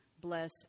Bless